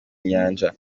nyanja